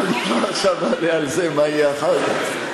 אם כבר עכשיו אני אענה על זה, מה יהיה אחר כך?